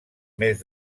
mes